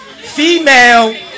female